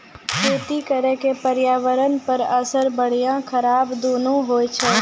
खेती करे के पर्यावरणो पे असर बढ़िया खराब दुनू होय छै